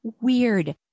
weird